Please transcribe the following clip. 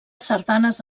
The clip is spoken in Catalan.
sardanes